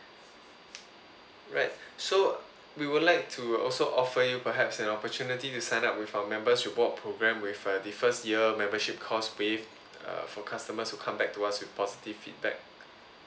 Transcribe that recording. alright so we would like to also offer you perhaps an opportunity to sign up with our members rewards programme with uh the first year membership cost waive uh for customers to come back to us with positive feedback